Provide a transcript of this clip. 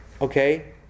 Okay